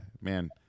man